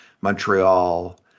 Montreal